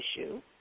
issue